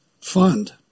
fund